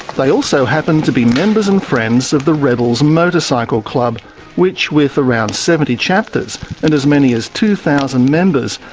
they also happen to be members and friends of the rebels motorcycle club which, with around seventy chapters and as many as two thousand members,